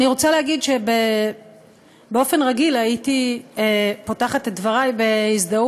אני רוצה להגיד שבאופן רגיל הייתי פותחת את דברי בהזדהות,